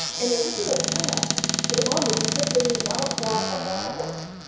and the original plan for the monument was simply rob shaw up on a horse.